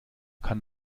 kann